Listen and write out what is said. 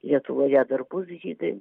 lietuvoje dar bus žydai